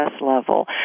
level